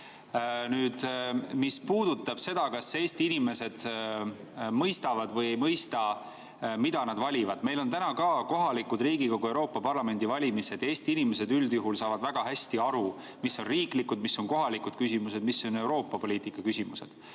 Nüüd, mis puudutab seda, kas Eesti inimesed mõistavad või ei mõista, mida nad valivad. Meil on praegu kohalikud, Riigikogu ja Euroopa Parlamendi valimised. Eesti inimesed üldjuhul saavad väga hästi aru, mis on riiklikud, mis on kohalikud ja mis on Euroopa poliitika küsimused.